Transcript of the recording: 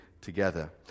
together